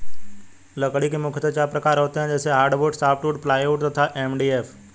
लकड़ी के मुख्यतः चार प्रकार होते हैं जैसे हार्डवुड, सॉफ्टवुड, प्लाईवुड तथा एम.डी.एफ